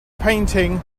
painting